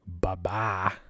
Bye-bye